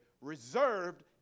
reserved